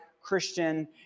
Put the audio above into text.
Christian